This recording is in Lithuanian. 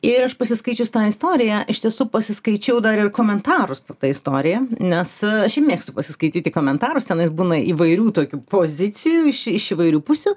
ir aš pasiskaičius tą istoriją iš tiesų pasiskaičiau dar ir komentarus po ta istorija nes aš šiaip mėgstu pasiskaityti komentarus tenais būna įvairių tokių pozicijų iš iš įvairių pusių